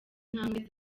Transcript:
intambwe